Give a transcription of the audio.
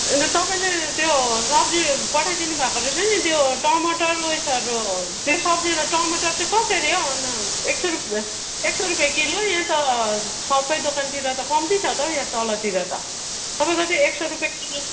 अन्त तपाईँले त्यो सब्जी पठाइदिनु भएको रहेछ नि त्यो टमाटर उयसहरू त्यो सब्जीहरू टमाटर चाहिँ कसरी हो हन एक सौ रुपियाँ एक सौ रुपियाँ किलो यहाँ त सबै दोकानतिर त कम्ती छ त हो यहाँ तलतिर त तपाईँको चाहिँ एक सौ रुपियाँ किलो